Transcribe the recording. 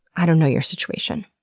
i don't know your situation.